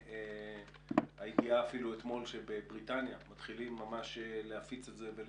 אפילו עם הידיעה אתמול שבבריטניה מתחילים להפיץ את זה ולהתחסן.